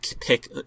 pick